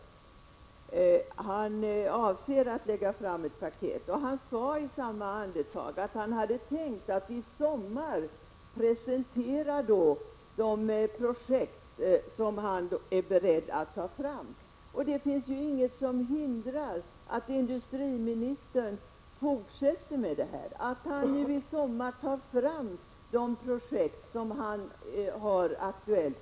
Industriministern sade att han avser att ta fram ett paket. I samma andetag sade han att han har tänkt att redan i sommar presentera de projekt som han är beredd att ta fram. Det finns ingenting som hindrar industriministern att i sommar ta fram de projekt som är aktuella.